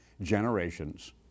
generations